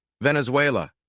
Venezuela